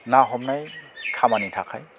ना हमनाय खामानिनि थाखाय